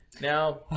now